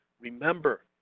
remember